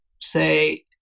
say